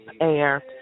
air